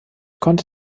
konnte